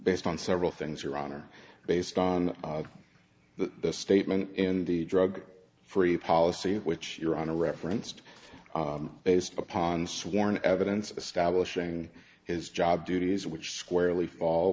based on several things your honor based on the statement in the drug free policy which you're on a reference to based upon sworn evidence establishing his job duties which squarely fall